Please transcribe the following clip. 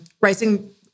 rising